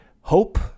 hope